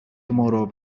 tomorrow